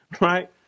Right